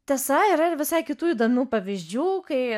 tiesa yra ir visai kitų įdomių pavyzdžių kai